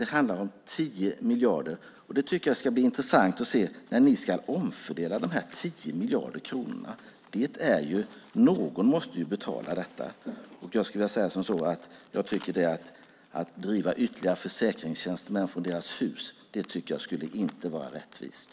Det handlar om 10 miljarder. Jag tycker att det ska bli intressant att se hur ni ska omfördela de 10 miljarder kronorna. Någon måste betala detta. Att driva ytterligare försäkringstjänstemän från deras hus tycker jag inte skulle vara rättvist.